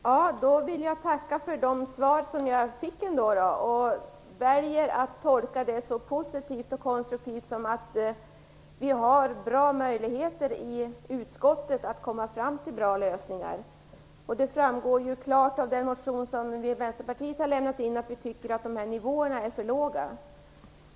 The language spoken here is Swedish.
Herr talman! Jag vill tacka för de svar som jag ändå fick. Jag väljer att tolka svaren så positivt och konstruktivt som att vi i utskottet har goda möjligheter att komma fram till bra lösningar. Det framgår ju klart av den motion som vi i Vänsterpartiet har väckt att vi tycker att nivåerna är för låga.